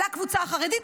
לקבוצה החרדית.